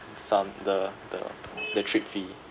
some the the the trip fee